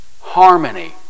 harmony